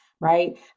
right